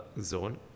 zone